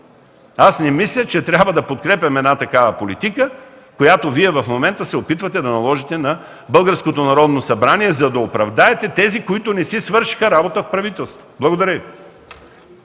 Аз не мисля, че трябва да подкрепям една такава политика, която Вие в момента се опитвате да наложите на българското Народно събрание, за да оправдаете тези, които не си свършиха работата в правителството. Благодаря